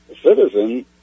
citizen